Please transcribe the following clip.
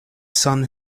sun